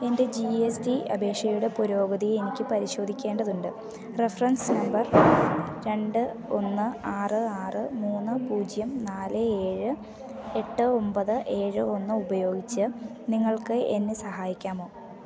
എന്റെ G S T അപേക്ഷയുടെ പുരോഗതി എനിക്ക് പരിശോധിക്കേണ്ടതുണ്ട് റഫറൻസ് നമ്പർ രണ്ട് ഒന്ന് ആറ് ആറ് മൂന്ന് പൂജ്യം നാല് ഏഴ് എട്ട് ഒമ്പത് ഏഴ് ഒന്ന് ഉപയോഗിച്ച് നിങ്ങൾക്ക് എന്നെ സഹായിക്കാമോ